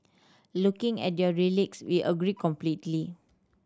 looking at their we agree completely